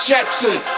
Jackson